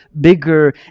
bigger